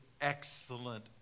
excellent